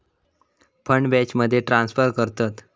fund बॅचमध्ये transfer करतत